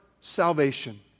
salvation